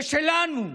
זה שלנו.